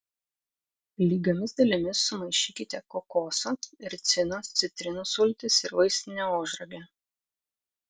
lygiomis dalimis sumaišykite kokoso ricinos citrinų sultis ir vaistinė ožragę